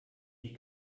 die